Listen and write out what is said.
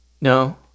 no